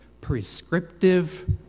prescriptive